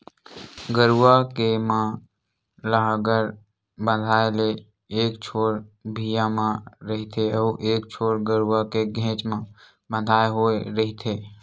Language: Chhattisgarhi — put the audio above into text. गरूवा के म लांहगर बंधाय ले एक छोर भिंयाँ म रहिथे अउ एक छोर गरूवा के घेंच म बंधाय होय रहिथे